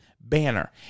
banner